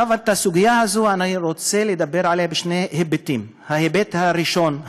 אני רוצה לדבר על הסוגיה הזאת בשני היבטים: ההיבט הראשון,